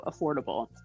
affordable